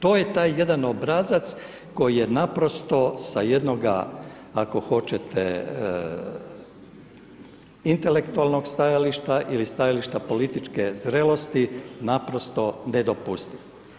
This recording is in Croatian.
To je taj jedan obrazac koji je naprosto jednoga ako hoćete intelektualnog stajališta ili stajališta političke zrelosti naprosto nedopustiv.